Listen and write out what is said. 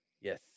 yes